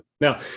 Now